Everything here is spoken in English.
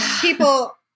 people